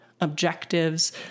objectives